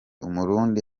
umurundi